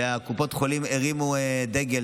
וקופות החולים הרימו דגל